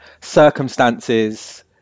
circumstances